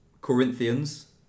Corinthians